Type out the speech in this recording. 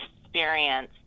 experience